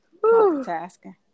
multitasking